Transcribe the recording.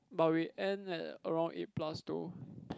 but we end at around eight plus though